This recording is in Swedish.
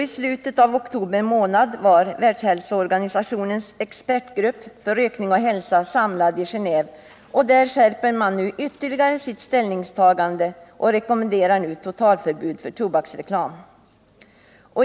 I slutet av oktober var Världshälsoorganisationens expertgrupp för rökning och hälsa samlad i Genéve, och där skärper man nu ytterligare sitt ställningstagande och rekommenderar totalförbud mot tobaksreklam.